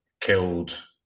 killed